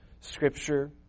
Scripture